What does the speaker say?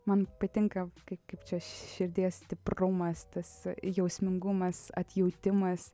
man patinka kaip kaip čia širdies stiprumas tas jausmingumas atjautimas